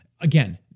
again